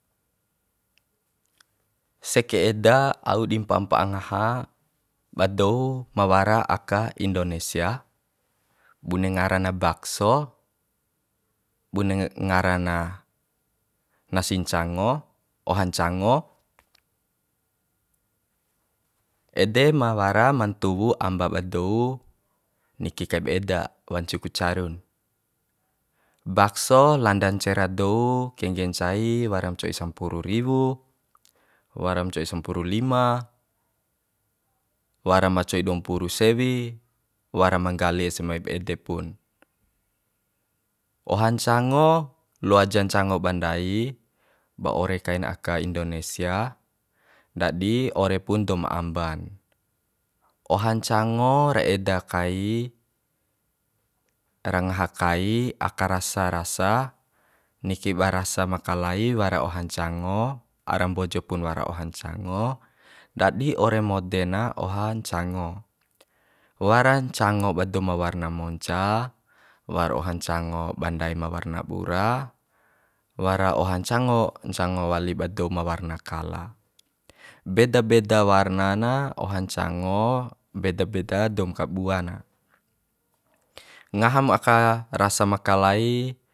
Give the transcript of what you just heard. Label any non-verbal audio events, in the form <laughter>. Seke eda au di mpa mpa'a ngaha ba dou ma wara aka indonesia bune ngara na bakso bune <hesitation> ngara na nasi ncango oha ncango ede ma wara ma ntuwu amba ba dou niki kaiba eda wancu ku carun bakso landa ncera dou kengge ncai waram co'i sampuru riwu waram co'i sampuru lima wara ma co'i dua mpuru sewi wara ma nggali ese maip ede pun oha ncango loa ja ncango ba ndai ba ore kain aka indonesia ndadi ore pun doum amba na oha ncango ra eda kai ra ngaha kai aka rasa ras niki ba rasa makalai wara oha ncango ara mbojo pun wara oha ncango ndadi ore mode na oha ncango wara ncango ba doum warna monca war oha ncango ba ndai ma warna bura wara oha ncango ncango wali ba dou ma warna kala beda beda warna na oha ncango beda beda doum kabua na ngaham aka rasa ma kalai